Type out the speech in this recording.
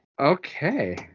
okay